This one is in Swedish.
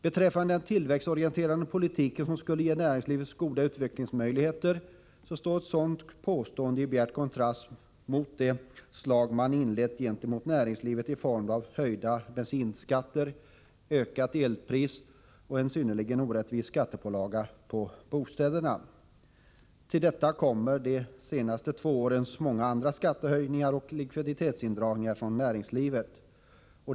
Beträffande den tillväxtorienterade politik som skulle ge näringslivet goda utvecklingsmöjligheter vill jag säga att ett sådant påstående ju står i bjärt kontrast till det slag man riktat gentemot näringslivet i form av höjda bensinskatter, ökat elpris och en synnerligen orättvis skattepålaga på bostäderna. Till detta kommer de senaste två årens många andra skattehöjningar och likviditetsindragningar från näringslivet.